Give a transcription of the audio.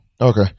Okay